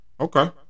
okay